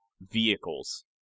vehicles